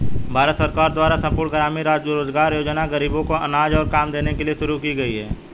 भारत सरकार द्वारा संपूर्ण ग्रामीण रोजगार योजना ग़रीबों को अनाज और काम देने के लिए शुरू की गई है